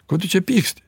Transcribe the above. ko tu čia pyksti